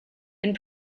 and